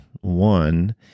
one